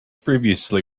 previously